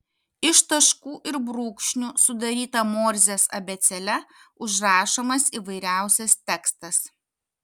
iš taškų ir brūkšnių sudaryta morzės abėcėle užrašomas įvairiausias tekstas